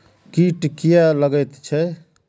कीट किये लगैत छै?